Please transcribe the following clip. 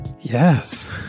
Yes